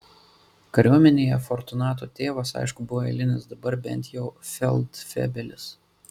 kariuomenėje fortunato tėvas aišku buvo eilinis dabar bent jau feldfebelis